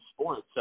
sports